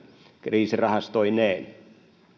kriisirahastoineen